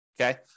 okay